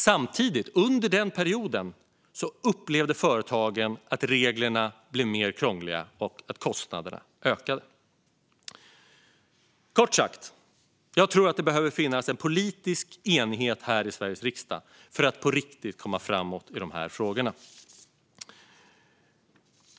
Samtidigt upplevde företagen under den perioden att reglerna blev mer krångliga och att kostnaderna ökade. Kort sagt: Jag tror att det behöver finnas en politisk enighet här i Sveriges riksdag för att på riktigt komma framåt i de här frågorna.